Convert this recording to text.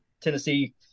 Tennessee